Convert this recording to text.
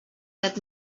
that